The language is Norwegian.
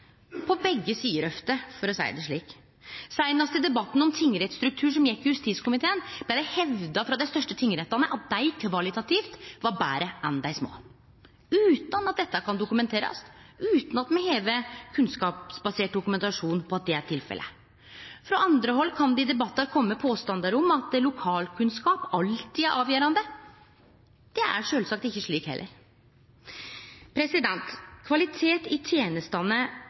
på begge sider ofte, for å seie det slik. Seinast i debatten om tingrettsstruktur, som var i justiskomiteen, blei det hevda frå dei største tingrettane at dei kvalitativt var betre enn dei små, utan at det kan dokumenterast, utan at me har kunnskapsbasert dokumentasjon på at det er tilfellet. Frå andre hald kan det i debattar kome påstandar om at lokalkunnskap alltid er avgjerande. Det er sjølvsagt ikkje slik heller. Kvalitet i tenestene